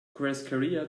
churrascaria